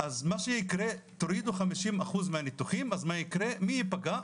אז מה שיקרה זה שתורידו 50% מהניתוחים ומה יקרה ומי יפגע?